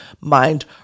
mind